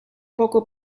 poco